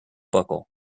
buckle